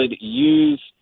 use